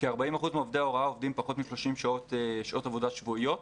כ-40% מעובדי ההוראה עובדים פחות מ-30 שעות עבודה שבועיות,